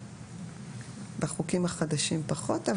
בחוקים החדשים פחות.